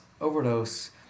overdose